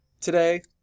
today